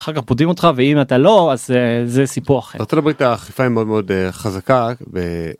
אחר כך פודים אותך ואם אתה לא, אז זה סיפור אחר. בארצות הברית האכיפה היא מאוד מאוד חזקה ו